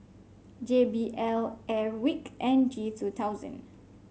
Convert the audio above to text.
J B L Airwick and G two thousand